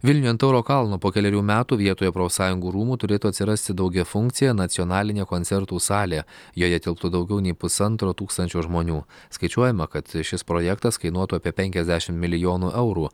vilniuje ant tauro kalno po kelerių metų vietoje profsąjungų rūmų turėtų atsirasti daugiafunkcė nacionalinė koncertų salė joje tilptų daugiau nei pusantro tūkstančio žmonių skaičiuojama kad šis projektas kainuotų apie penkiasdešim milijonų eurų